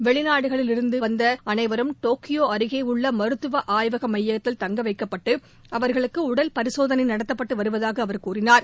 வெளிநாடுகளில் இருந்து வந்த அனைவரும் டோக்கியோ அருகே உள்ள மருத்துவ ஆய்வக மையத்தில் தங்க வைக்கப்பட்டு அவர்களுக்கு உடல் பரிசோதனை நடத்தப்பட்டு வருவதூக அவர் கூறினார்